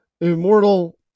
immortal